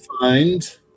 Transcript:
find